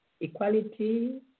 equality